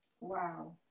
wow